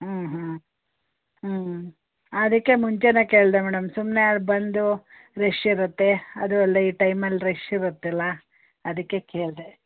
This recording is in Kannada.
ಹ್ಞೂ ಹ್ಞೂ ಹ್ಞೂ ಅದಕ್ಕೆ ಮುಂಚೇನೆ ಕೇಳಿದೆ ಮೇಡಮ್ ಸುಮ್ಮನೆ ಅಲ್ಲಿ ಬಂದು ರಶ್ ಇರುತ್ತೆ ಅದು ಅಲ್ಲದೆ ಈ ಟೈಮಲ್ಲಿ ರಶ್ ಇರುತ್ತೆ ಅಲ್ಲ ಅದಕ್ಕೆ ಕೇಳಿದೆ